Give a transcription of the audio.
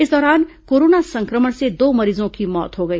इस दौरान कोरोना संक्रमण से दो मरीजों की मौत हो गई